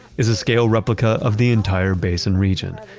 is a scale replica of the entire basin region,